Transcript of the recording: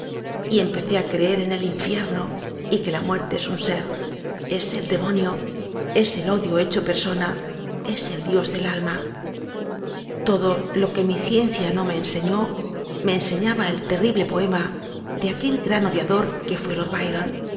almíi y empecé a creer en el infierno y que la muerte es un ser es el demonio es el odio hecho persona es el dios del alma todo lo que mi ciencia no me enseñó me enseñaba el terrible poema de aquel gran odiador que